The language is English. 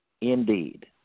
indeed